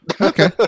Okay